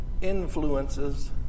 influences